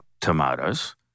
tomatoes